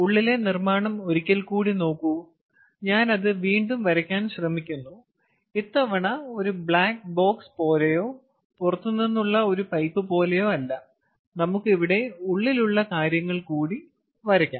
ഉള്ളിലെ നിർമാണം ഒരിക്കൽ കൂടി നോക്കൂ ഞാൻ അത് വീണ്ടും വരയ്ക്കാൻ ശ്രമിക്കുന്നു ഇത്തവണ ഒരു ബ്ലാക്ക് ബോക്സ് പോലെയോ പുറത്തുനിന്നുള്ള ഒരു പൈപ്പ് പോലെയോ അല്ല നമുക്ക് ഇവിടെ ഉള്ളിലുള്ള കാര്യങ്ങൾ കൂടി വരയ്ക്കാം